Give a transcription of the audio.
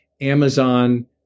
Amazon